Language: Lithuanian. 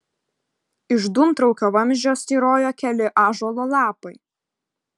iš dūmtraukio vamzdžio styrojo keli ąžuolo lapai